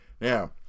Now